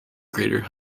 greater